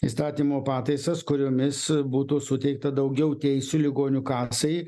įstatymo pataisas kuriomis būtų suteikta daugiau teisių ligonių kasai